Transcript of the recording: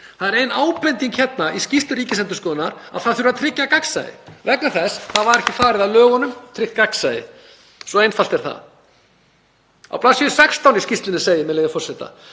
Það er ein ábending hérna í skýrslu Ríkisendurskoðunar að það þurfi að tryggja gagnsæi vegna þess að það var ekki farið að lögunum og gagnsæi tryggt. Svo einfalt er það. Á bls. 16 í skýrslunni segir, með leyfi forseta: